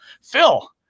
Phil